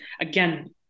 again